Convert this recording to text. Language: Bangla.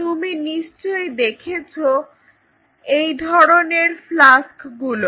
তুমি নিশ্চয়ই দেখেছো এই ধরনের ফ্লাস্কগুলো